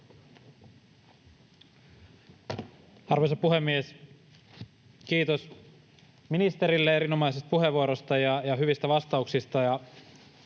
Arvoisa puhemies! Kiitos ministerille erinomaisesta puheenvuorosta ja hyvistä vastauksista